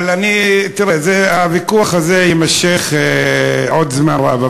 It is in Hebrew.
אבל תראה, הוויכוח הזה יימשך עוד זמן רב.